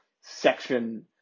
section